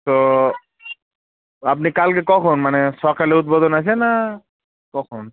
তো আপনি কালকে কখন মানে সকালে উদ্বোধন আছে না কখন